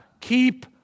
Keep